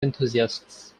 enthusiasts